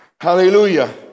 Hallelujah